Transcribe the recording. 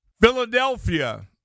Philadelphia